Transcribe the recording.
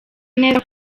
neza